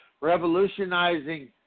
revolutionizing